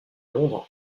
londres